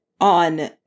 on